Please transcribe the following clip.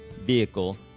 vehicle